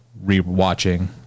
re-watching